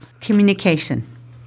Communication